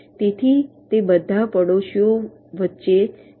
તેથી તે બધા પડોશીઓ વચ્ચે છે